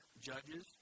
judges